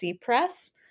Press